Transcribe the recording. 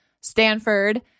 Stanford